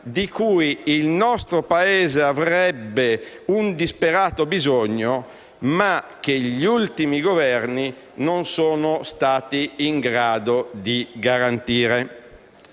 di cui il nostro Paese avrebbe un disperato bisogno, ma che gli ultimi Governi non sono stati in grado di garantire.